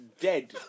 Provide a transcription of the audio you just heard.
dead